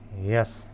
Yes